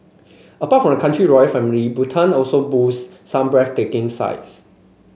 apart from the country royal family Bhutan also boast some breathtaking sights